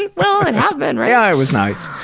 and well, it happened, right? yeah, it was nice.